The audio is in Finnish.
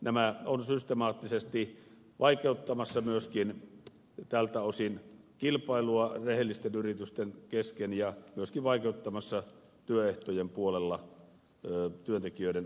tämä on systemaattisesti vaikeuttamassa tältä osin kilpailua rehellisten yritysten kesken ja myöskin vaikeuttamassa työehtojen puolella työntekijöiden asemaa